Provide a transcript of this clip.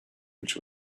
which